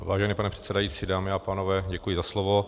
Vážený pane předsedající, dámy a pánové, děkuji za slovo.